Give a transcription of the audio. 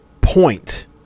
Point